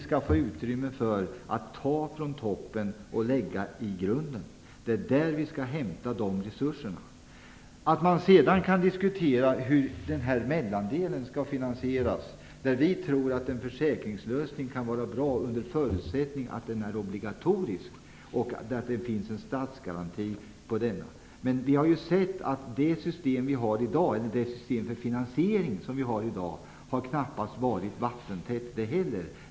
Syftet är att ta från toppen för att lägga i grunden - det är på det sättet vi skall få fram resurserna. Sedan kan man diskutera hur mellandelen skall finansieras, men vi tror att en försäkringslösning kan vara bra under förutsättning att den är obligatorisk och att det finns en statsgaranti. Men vi har ju sett att det system för finansiering som vi har i dag knappast har varit vattentätt det heller.